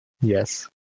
Yes